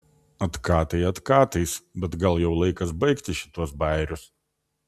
atkatai atkatais bet gal jau laikas baigti šituos bajerius